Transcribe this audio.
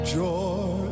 joy